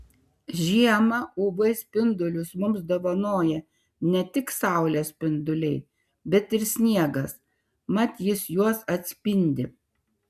žiemą uv spindulius mums dovanoja ne tik saulės spinduliai bet ir sniegas mat jis juos atspindi